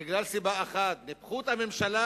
בגלל סיבה אחת: ניפחו את הממשלה,